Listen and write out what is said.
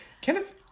Kenneth